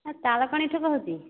ହଁ ତାଳକଣିଠୁ କହୁଛି